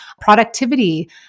productivity